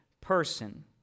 person